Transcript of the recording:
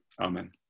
Amen